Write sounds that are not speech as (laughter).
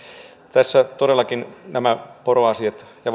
tässä todellakin nämä poroasiat ja (unintelligible)